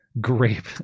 grape